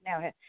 now